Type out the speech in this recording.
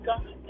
God